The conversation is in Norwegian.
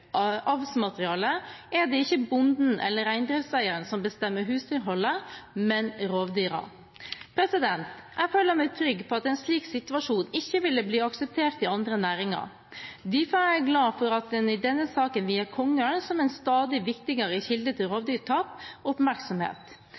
er det ikke bonden eller reindriftseieren som bestemmer husdyrholdet, men rovdyrene. Jeg føler meg trygg på at en slik situasjon ikke ville blitt akseptert i andre næringer. Derfor er jeg glad for at en i denne saken vier kongeørnen, som en stadig viktigere kilde til